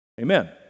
Amen